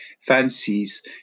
fancies